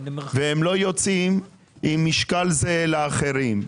והם לא יוצאים עם משקל זהה לאחרים.